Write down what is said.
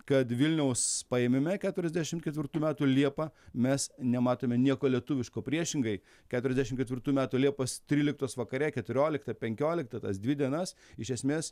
kad vilniaus paėmime keturiasdešim ketvirtų metų liepą mes nematome nieko lietuviško priešingai keturiasdešim ketvirtų metų liepos tryliktos vakare keturioliktą penkioliktą tas dvi dienas iš esmes